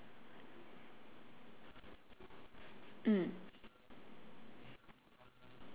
mm